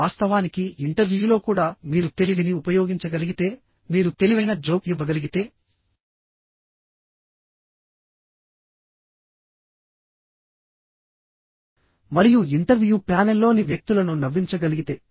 వాస్తవానికి ఇంటర్వ్యూలో కూడా మీరు తెలివిని ఉపయోగించగలిగితే మీరు తెలివైన జోక్ ఇవ్వగలిగితే మరియు ఇంటర్వ్యూ ప్యానెల్లోని వ్యక్తులను నవ్వించగలిగితే